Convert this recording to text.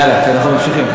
יאללה, כי אנחנו ממשיכים.